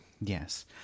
Yes